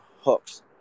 hooks